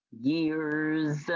year's